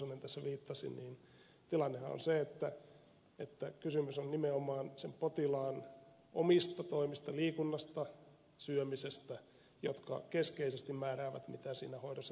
tiusanen tässä viittasi tilannehan on se että kysymys on nimenomaan sen potilaan omista toimista liikunnasta syömisestä jotka keskeisesti määräävät mitä siinä hoidossa tapahtuu